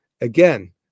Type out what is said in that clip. again